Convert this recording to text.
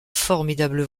formidable